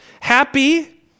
happy